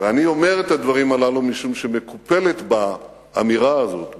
אני אומר את הדברים הללו משום שמקופלת באמירה הזאת,